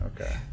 Okay